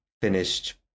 finished